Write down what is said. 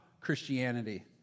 Christianity